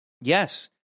yes